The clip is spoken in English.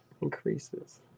increases